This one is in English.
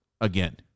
again